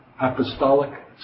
apostolic